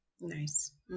nice